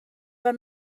fel